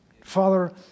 Father